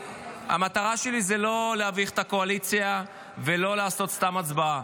המטרה שלי זה לא להביך את הקואליציה ולא לעשות סתם הצבעה,